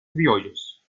criollos